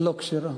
לא כשרה,